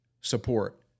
support